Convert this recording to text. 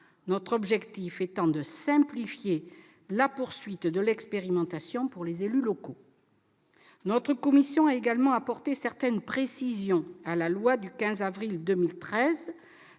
notre objectif étant de simplifier la poursuite de l'expérimentation pour les élus locaux. Notre commission a également apporté certaines précisions à la loi du 15 avril 2013,